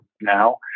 now